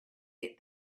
get